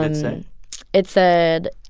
and say? it said,